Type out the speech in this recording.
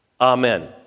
Amen